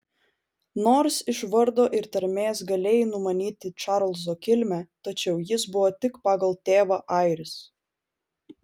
nors iš vardo ir tarmės galėjai numanyti čarlzo kilmę tačiau jis buvo tik pagal tėvą airis